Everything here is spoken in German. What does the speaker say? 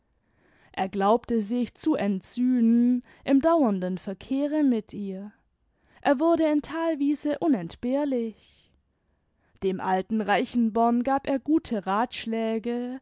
er glaubte sich zu entsühnen im dauernden verkehre mit ihr er wurde in thalwiese unentbehrlich dem alten reichenborn gab er gute rathschläge